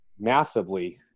massively